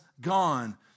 gone